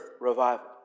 revival